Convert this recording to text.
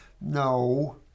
no